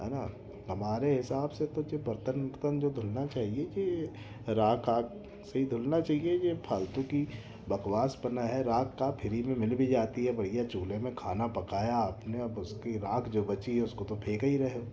है ना हमारे हिसाब से तो जो बर्तन वर्तन जो धुलना चाहिए कि राख़ आख़ से ही धुलना चाहिए कि ये फ़ालतू की बकवासपना है राख़ कक्या फ्री में मिल भी जाती है भैया चूल्हे में खाना पकाया आपने अब उसकी राख़ जो बची है उसको तो फेंक ही रहें हैं